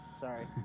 Sorry